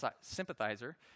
sympathizer